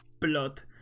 Blood